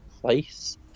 place